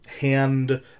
hand